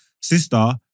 Sister